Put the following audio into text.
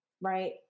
right